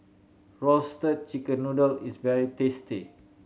Roasted Chicken Noodle is very tasty